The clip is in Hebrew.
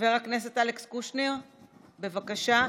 חבר הכנסת אלכס קושניר, בבקשה.